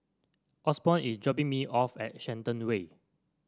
Osborn is dropping me off at Shenton Way